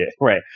right